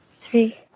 three